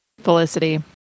Felicity